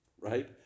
right